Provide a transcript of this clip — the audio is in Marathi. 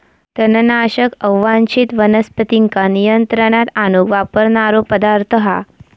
तणनाशक अवांच्छित वनस्पतींका नियंत्रणात आणूक वापरणारो पदार्थ हा